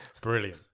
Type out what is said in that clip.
Brilliant